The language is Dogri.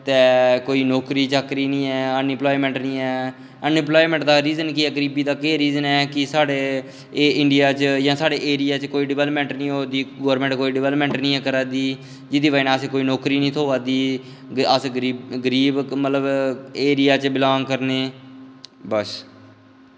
कोई नौकरी चाकरी निं ऐ इंप्लायमैंट निं ऐ अनइंप्लायमैंट दा रिज़न केह् ऐ गरीबी दा रिज़न केह् ऐ कि साढ़े साढ़े इंडियां जां साढ़े एरिया च डवैलपमैंट निं होआ दी गौरमैंट कोई डवैलपमैंट निं ऐ करा'रदी जेह्दी बजह नै असेंगी कोई नौकरी निं थ्होआ दी ते अस गरीब मलतब एरिया च बलांग करने बस